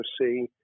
see